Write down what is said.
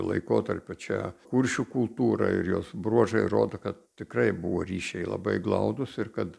laikotarpiu čia kuršių kultūra ir jos bruožai rodo kad tikrai buvo ryšiai labai glaudūs ir kad